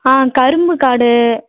ஆ கரும்பு காடு